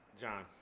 John